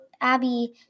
Abby